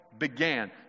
began